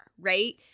right